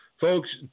folks